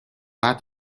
قدر